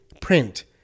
print